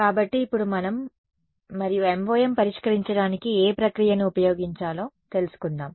కాబట్టి ఇప్పుడు మనం మరియు MoM పరిష్కరించడానికి ఏ ప్రక్రియను ఉపయగించాలో తెలుసుకుందాం